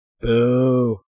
Boo